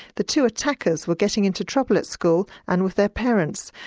the two attackers were getting into trouble at school and with their parents,